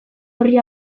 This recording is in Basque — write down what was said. horri